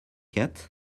yet